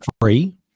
free